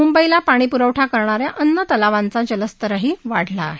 मुंबईला पाणीप्रवढा करणाऱ्या अन्य तलावांचाही जलस्तर वाढला आहे